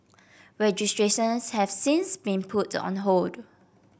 registrations have since been put on hold